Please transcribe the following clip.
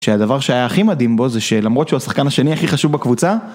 שהדבר שהיה הכי מדהים בו זה שלמרות שהוא השחקן השני הכי חשוב בקבוצה